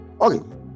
okay